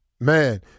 Man